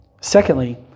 Secondly